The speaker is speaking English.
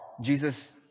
Jesus